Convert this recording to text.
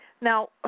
Now